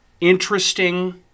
interesting